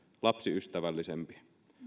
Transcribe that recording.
lapsiystävällisempi